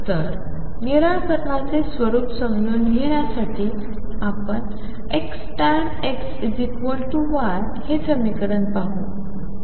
तर निराकारणाचे स्वरूप समजून घेण्यासाठी आपण X tan X Y हे समीकरण पाहू